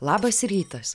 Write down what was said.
labas rytas